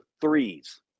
threes